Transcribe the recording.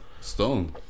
Stone